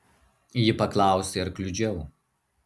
ji paklausė ar kliudžiau